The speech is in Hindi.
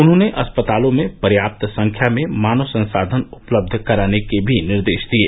उन्होंने अस्पतालों में पर्याप्त संख्या में मानव संसाधन उपलब्ध कराने के भी निर्देश दिये